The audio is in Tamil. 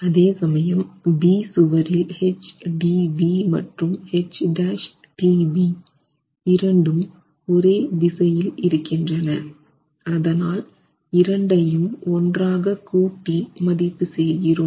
அதே சமயம் B சுவரில் H DB மற்றும் H'tB இரண்டும் ஒரே திசையில் இருக்கின்றன அதனால் இரண்டையும் ஒன்றாக கூட்டி மதிப்பு செய்கிறோம்